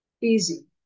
easy